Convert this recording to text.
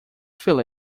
feel